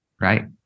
Right